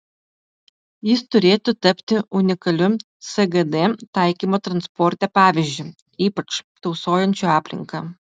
jis turėtų tapti unikaliu sgd taikymo transporte pavyzdžiu ypač tausojančiu aplinką